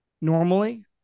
normally